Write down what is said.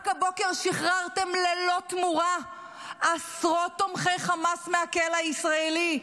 רק הבוקר שחררתם ללא תמורה עשרות תומכי חמאס מהכלא הישראלי.